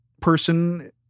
person